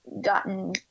gotten